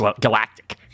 galactic